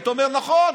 היית אומר: נכון,